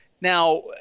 Now